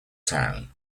town